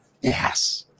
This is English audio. Yes